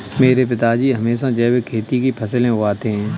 मेरे पिताजी हमेशा जैविक खेती की फसलें उगाते हैं